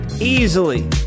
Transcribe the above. easily